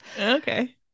okay